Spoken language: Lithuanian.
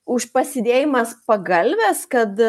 už pasidėjimas pagalvės kad